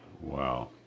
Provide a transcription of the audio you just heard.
Wow